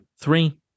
three